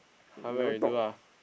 come back redo ah